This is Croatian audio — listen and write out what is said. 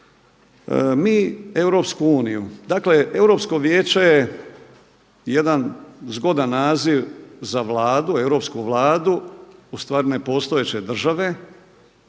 Mi Europsku uniju, dakle Europsko vijeće je jedan zgodan naziv za Vladu, europsku Vladu ustvari nepostojeće države,